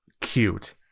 cute